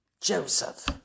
Joseph